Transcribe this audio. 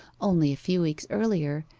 only a few weeks earlier,